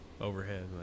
overhead